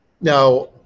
Now